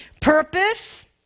Purpose